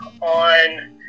on